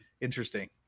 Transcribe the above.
interesting